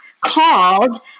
called